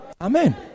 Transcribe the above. Amen